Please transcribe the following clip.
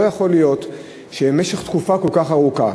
לא יכול להיות שבמשך תקופה כל כך ארוכה